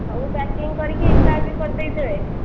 ସବୁ ପ୍ୟାକିଙ୍ଗ୍ କରିକି ହିସାବ ବି କରି ଦେଇଥିବେ